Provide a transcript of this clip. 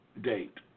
date